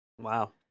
wow